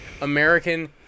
American